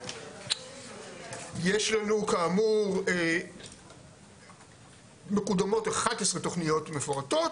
יש לנו כאמור מקודמות 11 תוכניות מפורטות,